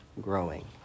growing